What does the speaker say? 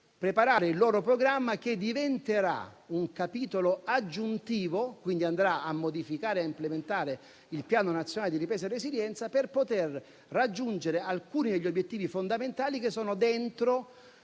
preparare il loro programma, che diventerà un capitolo aggiuntivo, quindi andrà a modificare e a implementare il Piano nazionale di ripresa e resilienza per poter raggiungere alcuni degli obiettivi fondamentali che si trovano